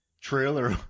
trailer